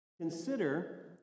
Consider